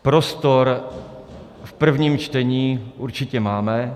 Prostor v prvním čtení určitě máme.